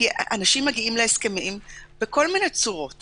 כי אנשים מגיעים להסכמים בכל מיני צורות